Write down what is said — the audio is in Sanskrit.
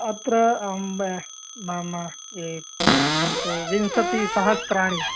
अत्र मम विंशतिसहस्राणि